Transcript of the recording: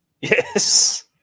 Yes